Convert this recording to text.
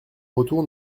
retour